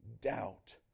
doubt